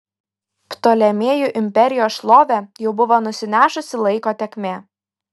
ptolemėjų imperijos šlovę jau buvo nusinešusi laiko tėkmė